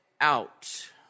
out